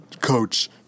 Coach